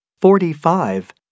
forty-five